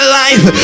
life